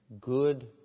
good